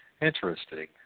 Interesting